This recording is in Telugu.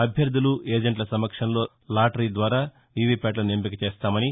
అభ్యర్థులు ఏజెంట్ల సమక్షంలో లాటరీ ద్వారా వీవీప్యాట్లను ఎంపిక చేస్తామని